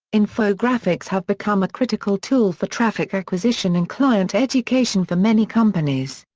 infographics have become a critical tool for traffic acquisition and client education for many companies.